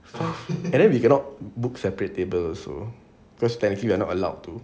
and then we cannot book separate table also cause technically we are not allowed to